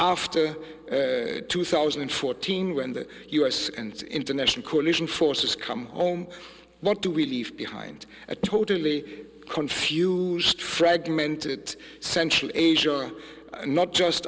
after two thousand and fourteen when the u s and international coalition forces come home what do we leave behind a totally confused fragmented central asia not just